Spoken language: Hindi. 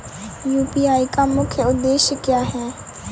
यू.पी.आई का मुख्य उद्देश्य क्या है?